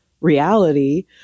reality